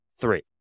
Three